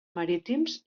marítims